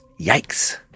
Yikes